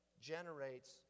generates